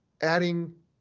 adding